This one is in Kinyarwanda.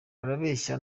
barabeshya